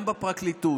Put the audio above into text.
גם בפרקליטות.